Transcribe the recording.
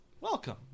Welcome